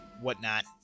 whatnot